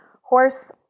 Horse